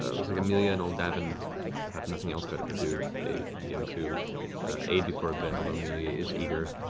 matt looks like amelia and old davin have nothing else better to do, they begin to aid you for a bit, although amelia is eager,